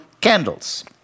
candles